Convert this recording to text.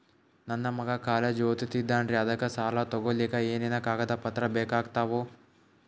ನನ್ನ ಮಗ ಕಾಲೇಜ್ ಓದತಿನಿಂತಾನ್ರಿ ಅದಕ ಸಾಲಾ ತೊಗೊಲಿಕ ಎನೆನ ಕಾಗದ ಪತ್ರ ಬೇಕಾಗ್ತಾವು?